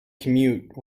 commute